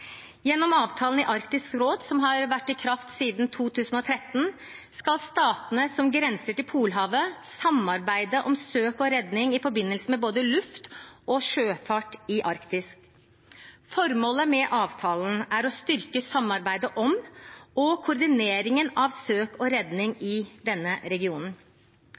Gjennom avtalen i Arktisk råd som har vært i kraft siden 2013, skal statene som grenser til Polhavet, samarbeide om søk og redning i forbindelse med både luft- og sjøfart i Arktis. Formålet med avtalen er å styrke samarbeidet om og koordineringen av søk og redning i denne regionen.